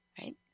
right